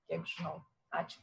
kiek žinau ačiū